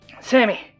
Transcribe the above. Sammy